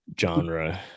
genre